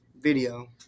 video